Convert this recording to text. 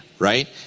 Right